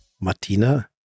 Martina